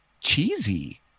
cheesy